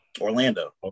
Orlando